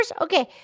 okay